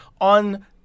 on